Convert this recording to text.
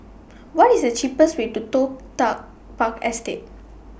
What IS The cheapest Way to Toh Tuck Park Estate